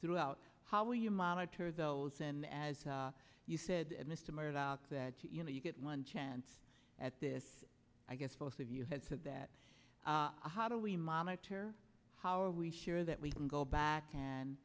throughout how will you monitor those and as you said mr murdoch that you know you get one chance at this i guess both of you had said that the how do we monitor how are we sure that we can go back and